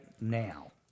now